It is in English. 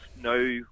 No